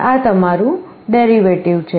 આ તમારું ડેરિવેટિવ છે